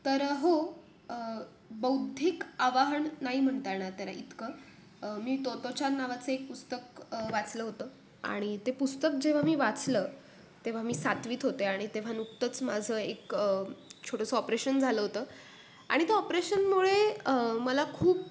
तर हो बौद्धिक आवाहन नाही म्हणता येणार त्याला इतकं मी तोत्ताेचान नावाचं एक पुस्तक वाचलं होतं आणि ते पुस्तक जेव्हा मी वाचलं तेव्हा मी सातवीत होते आणि तेव्हा नुकतंच माझं एक छोटंसं ऑपरेशन झालं होतं आणि ते ऑपरेशनमुळे मला खूप